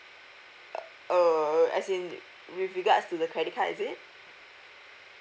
err as in with regards to the credit card is it